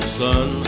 son